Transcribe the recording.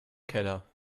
keller